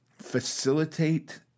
facilitate